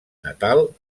natal